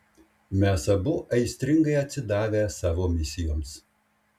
mes abu aistringai atsidavę savo misijoms